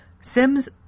Sims